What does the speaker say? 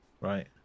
right